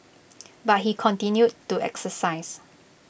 but he continued to exercise